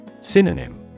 Synonym